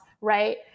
right